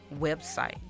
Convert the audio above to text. website